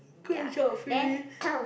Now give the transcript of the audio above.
great selfie